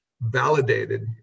validated